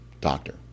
Doctor